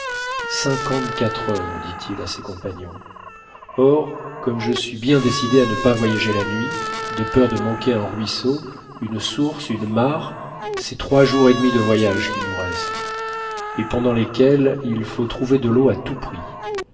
cinquante-quatre heures dit-il à ses compagnons or comme je suis bien décidé à ne pas voyager la nuit de peur de manquer un ruisseau une source une mare c'est trois jours et demi de voyage qu'il nous reste et pendant lesquels il faut trouver de l'eau à tout prix